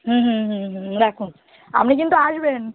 হুম হুম হুম হুম রাখুন আপনি কিন্তু আসবেন